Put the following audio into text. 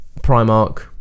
Primark